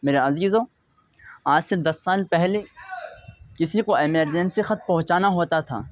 میرے عزیزو آج سے دس سال پہلے کسی کو ایمرجنسی خط پہنچانا ہوتا تھا